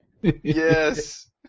Yes